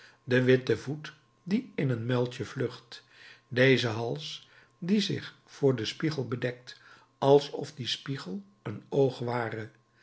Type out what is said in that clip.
de witte voet die in een muiltje vlucht deze hals die zich voor den spiegel bedekt alsof die spiegel een oog ware